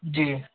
जी